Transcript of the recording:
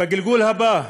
בגלגול הבא.